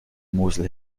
mosel